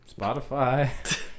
Spotify